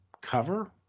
cover